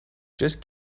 just